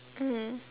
mm